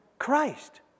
Christ